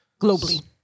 Globally